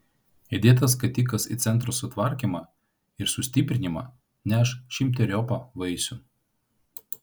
įdėtas skatikas į centro sutvarkymą ir sustiprinimą neš šimteriopą vaisių